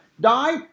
die